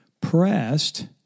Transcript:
pressed